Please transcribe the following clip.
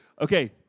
Okay